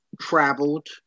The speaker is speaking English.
traveled